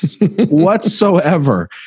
whatsoever